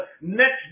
next